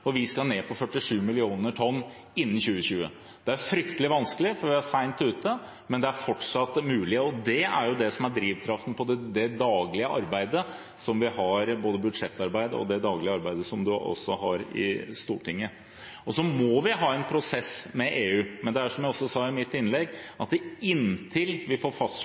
Vi skal ned til 47 mill. tonn innen 2020. Det er fryktelig vanskelig, for vi er sent ute, men det er fortsatt mulig. Det er det som er drivkraften i det daglige arbeidet vårt, både i budsjettarbeidet og i det daglige arbeidet i Stortinget. Så må vi ha en prosess med EU. Som jeg også sa i mitt innlegg – inntil vi får